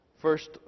first